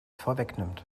vorwegnimmt